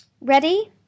Ready